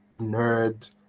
nerd